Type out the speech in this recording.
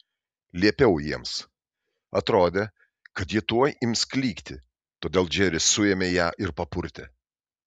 liepiau jiems atrodė kad ji tuoj ims klykti todėl džeris suėmė ją ir papurtė